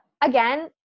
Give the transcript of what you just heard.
again